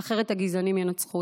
אחרת הגזענים ינצחו אותך.